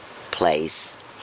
place